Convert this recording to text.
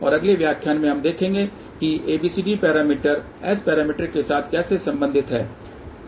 और अगले व्याख्यान में हम देखेंगे कि ABCD पैरामीटर S पैरामीटर के साथ कैसे संबंधित हैं